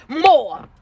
more